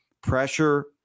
pressure